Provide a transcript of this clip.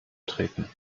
treten